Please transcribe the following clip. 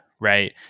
right